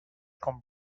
con